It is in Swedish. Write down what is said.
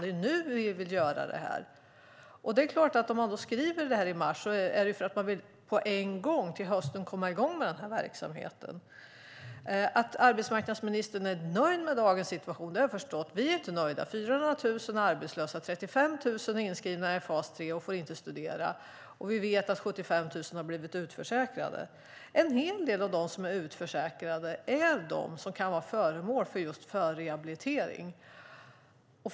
Det är nu som man vill genomföra detta. Om man skrev detta i mars är det för att man till hösten vill komma i gång med den här verksamheten. Att arbetsmarknadsministern är nöjd med dagens situation, det har jag förstått. Vi är inte nöjda. Vi vet att det finns 400 000 arbetslösa, 35 000 inskrivna i fas 3 som inte får inte studera. 75 000 har blivit utförsäkrade. En hel del av dem som har blivit utförsäkrade kan bli föremål för förrehabilitering.